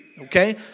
okay